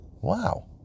Wow